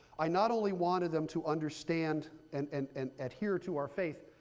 i not only wanted them to understand and and and adhere to our faith,